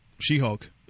She-Hulk